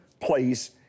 place